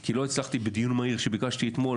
כי לא הצלחתי בדיון מהיר שביקשתי אתמול,